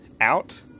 out